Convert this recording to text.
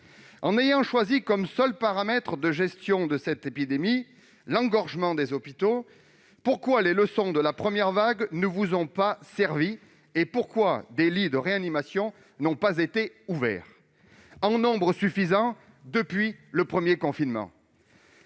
avez choisi comme seul paramètre de gestion de cette épidémie l'engorgement des hôpitaux, pourquoi les leçons de la première vague ne vous ont-elles pas servi ? Pourquoi des lits de réanimation n'ont-ils pas été ouverts en nombre suffisant depuis le premier confinement